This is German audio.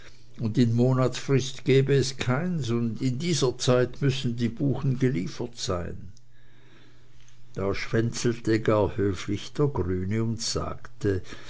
und in monatsfrist gebe es keins und in dieser zeit müßten die buchen geliefert sein da schwänzelte gar höflich der grüne und sagte